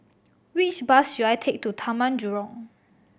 which bus should I take to Taman Jurong